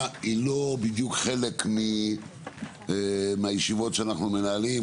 היא לא בדיוק חלק מהישיבות שאנחנו מנהלים,